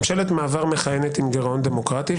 ממשלת מעבר מכהנת עם גירעון דמוקרטי,